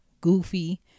goofy